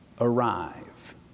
arrive